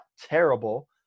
terrible